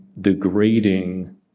degrading